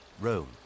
Rome